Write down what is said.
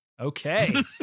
Okay